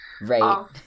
Right